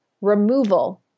removal